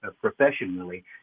professionally